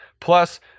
Plus